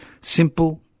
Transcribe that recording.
Simple